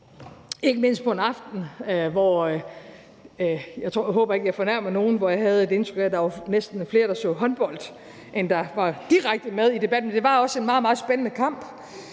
ikke, jeg fornærmer nogen, jeg havde et indtryk af, at der næsten var flere der så håndbold, end der var direkte med i debatten. Det var også en meget, meget spændende kamp,